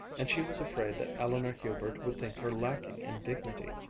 and she was afraid that eleanor hubert would think her lacking in dignity.